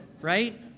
Right